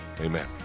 Amen